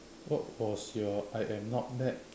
what was your I am not mad